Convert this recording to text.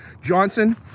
Johnson